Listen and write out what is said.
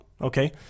okay